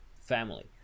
family